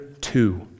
two